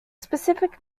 specific